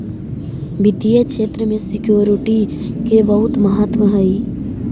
वित्तीय क्षेत्र में सिक्योरिटी के बहुत महत्व हई